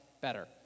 better